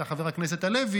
חבר הכנסת הלוי,